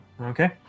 Okay